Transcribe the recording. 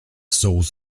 soles